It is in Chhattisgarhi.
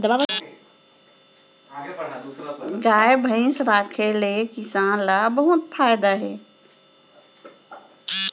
गाय भईंस राखे ले किसान ल बहुत फायदा हे